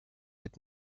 with